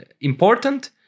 important